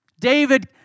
David